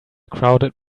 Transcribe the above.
crowded